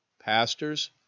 pastors